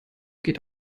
geht